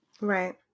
Right